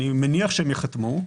אני מניח שהם ייחתמו.